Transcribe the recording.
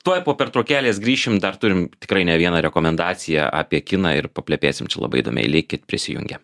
tuoj po pertraukėlės grįšim dar turim tikrai ne vieną rekomendaciją apie kiną ir paplepėsim čia labai įdomiai likit prisijungę